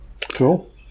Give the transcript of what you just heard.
Cool